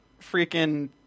freaking